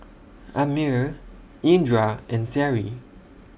Ammir Indra and Seri